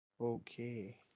Okay